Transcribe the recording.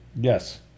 Yes